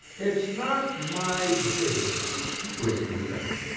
it's not my business, scrooge returned.